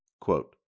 Quote